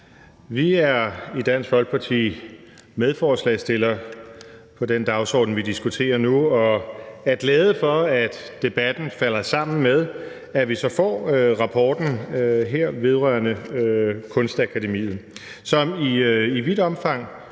Vi er i Dansk Folkeparti medforslagsstillere på det forslag til vedtagelse, vi diskuterer nu, og er glade for, at debatten falder sammen med, at vi så får rapporten her vedrørende Kunstakademiet, som i vidt omfang